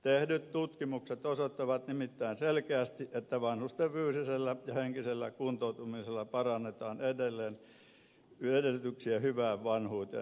tehdyt tutkimukset osoittavat nimittäin selkeästi että vanhusten fyysisellä ja henkisellä kuntouttamisella parannetaan edellytyksiä hyvään vanhuuteen